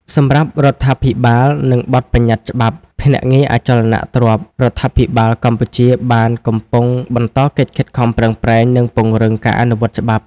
សម្រាប់រដ្ឋាភិបាល និងបទប្បញ្ញត្តិច្បាប់ភ្នាក់ងារអចលនទ្រព្យ រដ្ឋាភិបាលកម្ពុជាបានកំពុងបន្តកិច្ចខិតខំប្រឹងប្រែងនិងពង្រឹងការអនុវត្តច្បាប់។